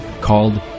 called